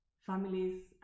families